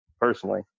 personally